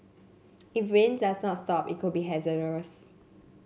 if rain does not stop it could be hazardous